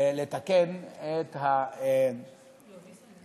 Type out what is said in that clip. לתקן את הליקויים